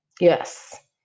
Yes